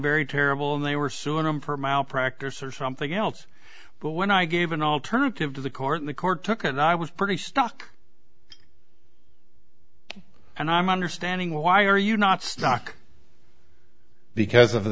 very terrible and they were suing him for malpractise or something else but when i gave an alternative to the court the court took and i was pretty stuck and i'm understanding why are you not stuck because of